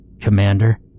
Commander